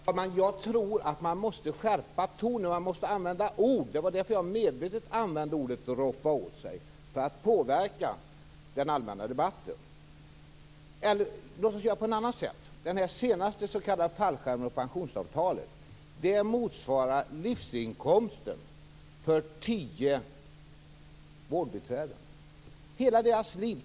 Fru talman! Jag tror att man måste skärpa tonen för att påverka den allmänna debatten. Det var därför jag medvetet använde uttrycket "roffa åt sig". Låt oss uttrycka det på ett annat sätt: Den senaste s.k. fallskärmen och pensionsavtalet motsvarar livsinkomsten för tio vårdbiträden.